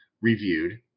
reviewed